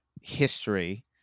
history